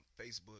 Facebook